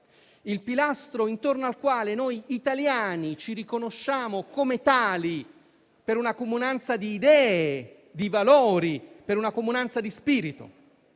pilastro intorno al quale noi italiani ci riconosciamo come tali per una comunanza di idee, di valori e di spirito,